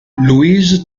louis